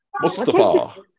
Mustafa